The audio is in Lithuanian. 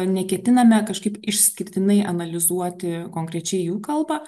neketiname kažkaip išskirtinai analizuoti konkrečiai jų kalbą